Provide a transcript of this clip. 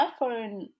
iPhone